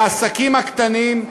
והעסקים הקטנים,